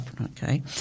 okay